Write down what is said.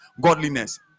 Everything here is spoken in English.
godliness